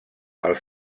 els